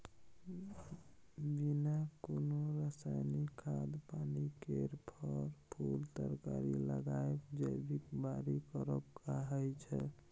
बिना कोनो रासायनिक खाद पानि केर फर, फुल तरकारी लगाएब जैबिक बारी करब कहाइ छै